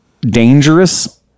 dangerous